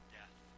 death